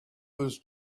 was